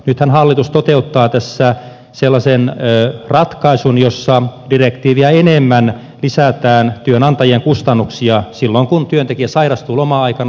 nythän hallitus toteuttaa tässä sellaisen ratkaisun jossa direktiiviä enemmän lisätään työnantajien kustannuksia silloin kun työntekijä sairastuu loma aikana